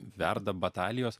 verda batalijos